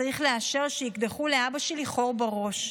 צריך לאשר שיקדחו לאבא שלי חור בראש.